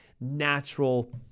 natural